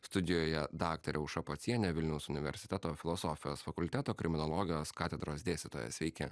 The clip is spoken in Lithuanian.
studijoje daktarė aušra pocienė vilniaus universiteto filosofijos fakulteto kriminologijos katedros dėstytoja sveiki